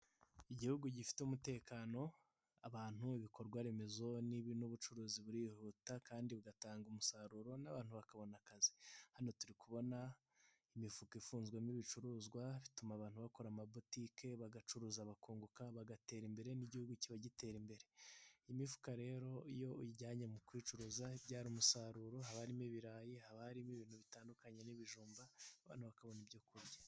Igihugu gifite umutekano, abantu, ibikorwa remezo n'ubucuruzi birihuta kandi bigatanga umusaruro n'abantu bakabona akazi. Hano turi kubona imifuka ifunzwemo ibicuruzwa, bituma abantu bakora amabotiki bagacuruza bakunguka bagatera imbere, n'igihugu kiba gitera imbere. Imifuka rero iyo uyijyanye mu kuyiicuruza, ibyara umusaruro haba harimo ibirayi, haba harimo ibintu bitandukanye n'ibijumba, abantu bakabona ibyo kuryarya.